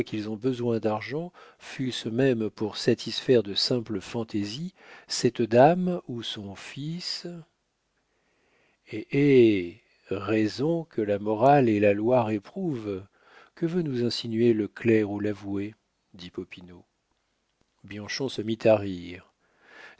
ont besoin d'argent fût-ce même pour satisfaire de simples fantaisies cette dame ou son fils hé hé raison que la morale et la loi réprouvent que veut nous insinuer le clerc ou l'avoué dit popinot bianchon se mit à rire